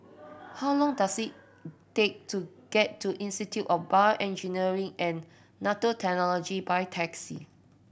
how long does it take to get to Institute of Bio Engineering and Nanotechnology by taxi